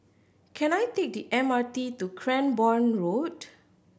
can I take the M R T to Cranborne Road